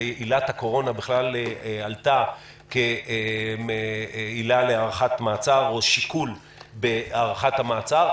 ועילת הקורונה בכלל עלתה כעילה להארכת מעצר או שיקול בהארכת המעצר,